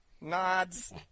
Nods